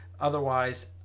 Otherwise